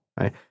right